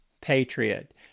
patriot